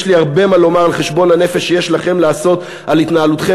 יש לי הרבה מה לומר על חשבון הנפש שיש לכם לעשות על התנהלותכם